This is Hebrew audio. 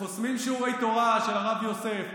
חוסמים שיעורי תורה של הרב יוסף,